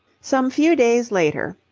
some few days later,